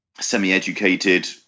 semi-educated